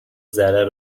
ضرر